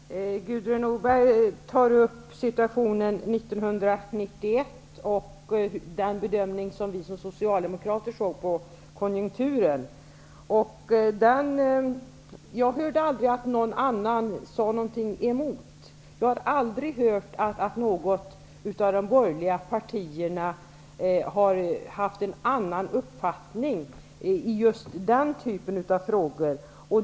Herr talman! Gudrun Norberg tar upp situationen 1991 och den bedömning som vi socialdemokrater gjorde av konjunkturen. Jag hörde aldrig att någon annan sade emot. Jag har aldrig hört att något av de borgerliga partierna har haft en annan uppfattning i just den typen av frågor.